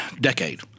decade